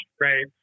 right